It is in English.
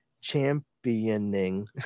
championing